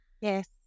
Yes